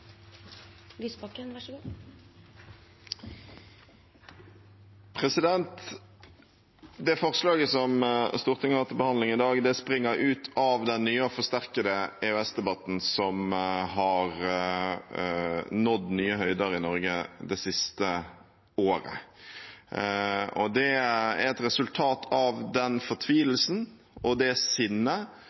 Det forslaget som Stortinget har til behandling i dag, springer ut av den nye og forsterkede EØS-debatten som har nådd nye høyder i Norge det siste året. Det er et resultat av den fortvilelsen og det sinnet